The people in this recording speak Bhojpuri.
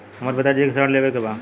हमरे पिता जी के ऋण लेवे के बा?